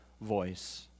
voice